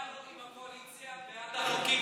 הצבענו עם הקואליציה בעד החוקים שאתם הצעתם,